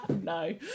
No